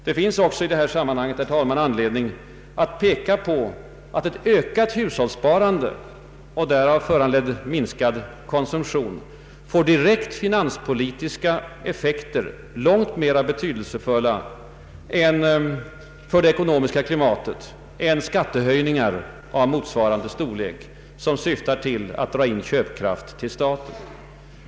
Det finns också i detta sammanhang anledning att peka på att ett ökat hushållssparande och därav föranledd minskad konsumtion får direkta finanspolitiska effekter, långt mera betydelsefulla för det ekonomiska klimatet än skattehöjningar av motsvarande storlek, som syftar till att till staten dra in köpkraft från de enskilda.